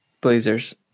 Blazers